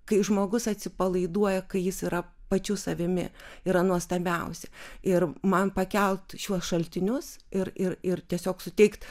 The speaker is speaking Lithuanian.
kai žmogus atsipalaiduoja kai jis yra pačiu savimi yra nuostabiausia ir man pakelt šiuos šaltinius ir ir ir tiesiog suteikt